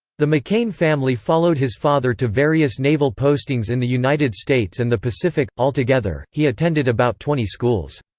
the mccain family followed his father to various naval postings in the united states and the pacific altogether, he attended about twenty schools.